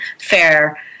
fair